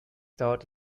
dauert